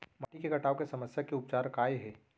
माटी के कटाव के समस्या के उपचार काय हे?